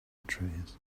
trees